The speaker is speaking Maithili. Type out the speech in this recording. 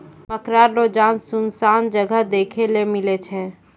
मकड़ा रो जाल सुनसान जगह देखै ले मिलै छै